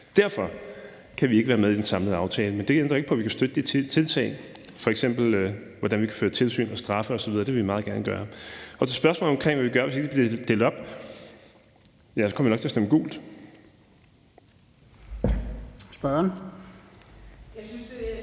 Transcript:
Derfor kan vi ikke være med i den samlede aftale. Men det ændrer ikke på, at vi kan støtte nogle tiltag, f.eks. hvordan vi kan føre tilsyn og straffe osv. – det vil vi meget gerne gøre. I forhold til spørgsmålet om, hvad vi vil gøre, hvis det ikke bliver delt op, kommer vi nok til at stemme gult. Kl. 14:19 Fjerde